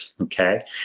Okay